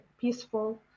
peaceful